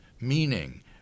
meaning